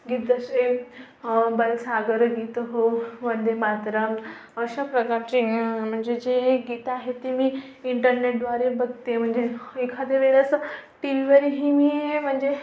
गीत जसे बलसागर गीत हो वंदे मातरम् अशा प्रकारचे म्हणजे जे गीत आहे ते मी इंटरनेटद्वारे बघते म्हणजे एखाद्यावेळेस टीव्हीवरही मी म्हणजे